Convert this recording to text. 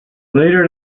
later